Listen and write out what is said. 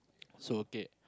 so okay